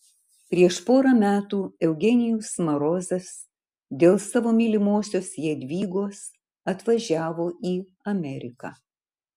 prieš porą metų eugenijus marozas dėl savo mylimosios jadvygos atvažiavo į ameriką